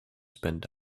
spend